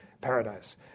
paradise